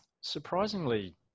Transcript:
surprisingly